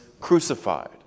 crucified